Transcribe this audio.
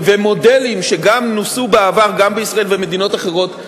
ומודלים שגם נוסו בעבר בישראל ובמדינות אחרות,